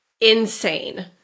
insane